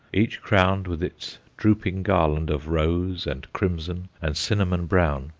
each crowned with its drooping garland of rose and crimson and cinnamon-brown,